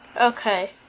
Okay